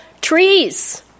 trees